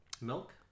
Milk